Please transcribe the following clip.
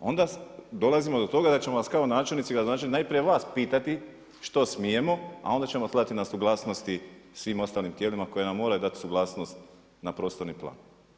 onda dolazimo do toga da ćemo vas kao načelnici i gradonačelnici, najprije vas pitati što smijemo, a onda ćemo slati na suglasnosti svim ostalim tijelima koji nam moraju dati suglasnost na prostorni plan.